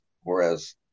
whereas